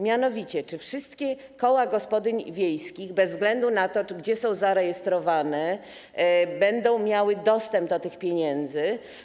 Mianowicie czy wszystkie koła gospodyń wiejskich, bez względu na to, gdzie są zarejestrowane, będą miały dostęp do tych pieniędzy?